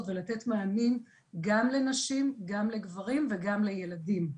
ולתת מענה גם לנשים וגם לגברים וגם לילדים,